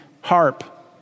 harp